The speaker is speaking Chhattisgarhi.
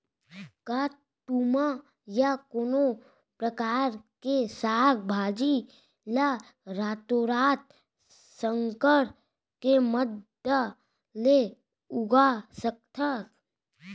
का तुमा या कोनो परकार के साग भाजी ला रातोरात संकर के मदद ले उगा सकथन?